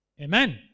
Amen